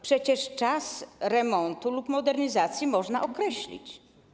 Przecież czas remontu lub modernizacji można określić.